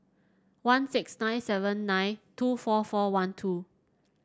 one six nine seven nine two four four one two